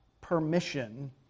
permission